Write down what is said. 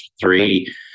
three